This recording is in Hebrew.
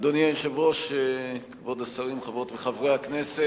אדוני היושב-ראש, כבוד השרים, חברות וחברי הכנסת,